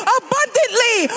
abundantly